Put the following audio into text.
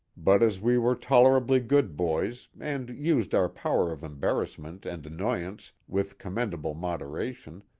but as we were tolerably good boys and used our power of embarrassment and annoyance with commendable moderation,